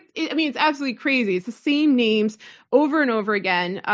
it's absolutely crazy. it's the same names over and over again,